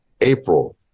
April